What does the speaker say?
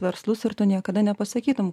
verslus ir tu niekada nepasakytum